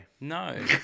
No